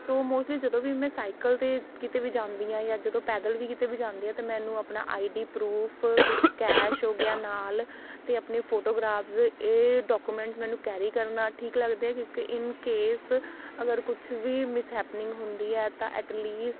ਸੋ mostly ਜਦੋਂ ਵੀ ਮੈਂ ਸਾਈਕਲ 'ਤੇ ਕਿਤੇ ਵੀ ਜਾਂਦੀ ਹਾਂ ਜਾਂ ਜਦੋਂ ਪੈਦਲ ਵੀ ਕਿਤੇ ਵੀ ਜਾਂਦੀ ਹਾਂ ਤੇ ਮੈਨੂੰ ਆਪਣਾ ਆਈ ਡੀ ਪ੍ਰੂਫ ਕੁਛ ਕੈਸ਼ ਹੋ ਗਿਆ ਨਾਲ ਅਤੇ ਆਪਣੇ ਫੋਟੋਗ੍ਰਾਫ਼ਸ ਇਹ ਡਾਕੂਮੈਂਟ ਮੈਨੂੰ ਕੈਰੀ ਕਰਨਾ ਠੀਕ ਲੱਗਦੇ ਕਿਉਂਕਿ ਇਨ ਕੇਸ ਅਗਰ ਕੁਛ ਵੀ ਮਿਸਹੈਪਨਿੰਗ ਹੁੰਦੀ ਹੈ ਤਾਂ ਐਟਲੀਸਟ